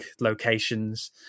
locations